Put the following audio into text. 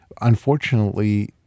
Unfortunately